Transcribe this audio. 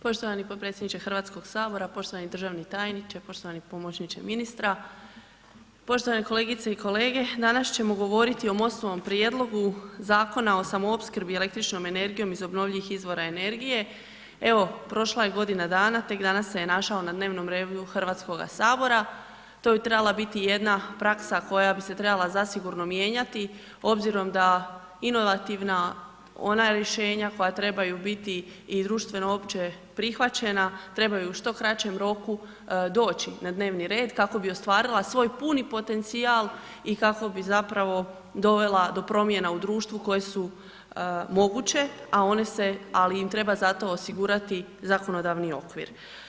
Poštovani potpredsjedniče Hrvatskog sabora, poštovani državni tajniče, poštovani pomoćniče ministra, poštovane kolegice i kolege danas ćemo govoriti o MOST-ovom prijedlogu Zakona o samoopskrbi električnom energijom iz obnovljivi izvora energije, evo prošla je godina dana tek danas se je našao na dnevnom redu Hrvatskoga sabora, to bi trebala biti jedna praksa koja bi se trebala zasigurno mijenjati obzirom da inovativna ona rješenja koja treba biti i društveno opće prihvaćena trebaju u što kraćem roku doći na dnevni red kako bi ostvarila svoj puni potencijal i kako bi zapravo dovela do promjena u društvu koje su moguće, ali im treba za to osigurati zakonodavni okvir.